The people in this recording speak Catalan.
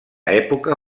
època